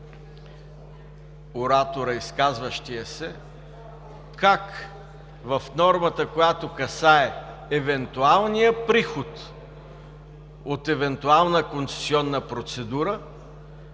обясни изказващият се как в нормата, която касае евентуалния приход от евентуална концесионна процедура,